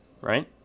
right